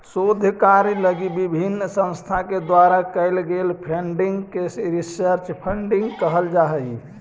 शोध कार्य लगी विभिन्न संस्था के द्वारा कैल गेल फंडिंग के रिसर्च फंडिंग कहल जा हई